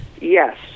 Yes